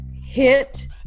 hit